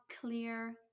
clear